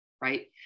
right